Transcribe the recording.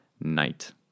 night